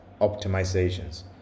optimizations